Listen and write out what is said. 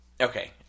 Okay